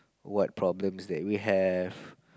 what problems that we have